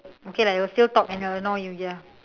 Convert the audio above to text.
okay lah it will still talk and annoy you ya